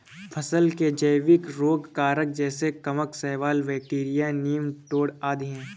फसल के जैविक रोग कारक जैसे कवक, शैवाल, बैक्टीरिया, नीमाटोड आदि है